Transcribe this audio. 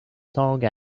tongue